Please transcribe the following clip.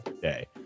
day